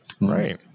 Right